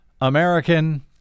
American